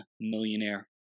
millionaire